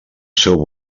seu